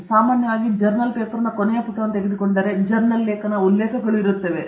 ಆದ್ದರಿಂದ ಸಾಮಾನ್ಯವಾಗಿ ನೀವು ಜರ್ನಲ್ ಪೇಪರ್ನ ಕೊನೆಯ ಪುಟವನ್ನು ತೆಗೆದುಕೊಂಡರೆ ಜರ್ನಲ್ ಲೇಖನ ಉಲ್ಲೇಖಗಳು ಇರುತ್ತದೆ